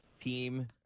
team